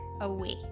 away